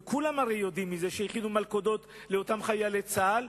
וכולם הרי יודעים שהכינו מלכודות לאותם חיילי צה"ל,